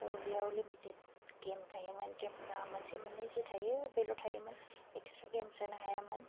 बेयाव limited game थायोमोन गेमफोरा मोनसे मोननै जे थायो बेल' थायोमोन एक्सट्रा गेम सोनो हायामोन